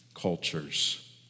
cultures